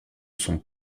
sont